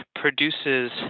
produces